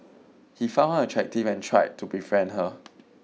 he found her attractive and tried to befriend her